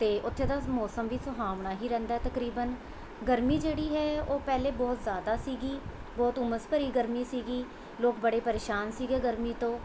ਅਤੇ ਉੱਥੇ ਦਾ ਮੌਸਮ ਵੀ ਸੁਹਾਵਣਾ ਹੀ ਰਹਿੰਦਾ ਤਕਰੀਬਨ ਗਰਮੀ ਜਿਹੜੀ ਹੈ ਉਹ ਪਹਿਲੇ ਬਹੁਤ ਜ਼ਿਆਦਾ ਸੀਗੀ ਬਹੁਤ ਹੁੰਮਸ ਭਰੀ ਗਰਮੀ ਸੀਗੀ ਲੋਕ ਬੜੇ ਪ੍ਰੇਸ਼ਾਨ ਸੀਗੇ ਗਰਮੀ ਤੋਂ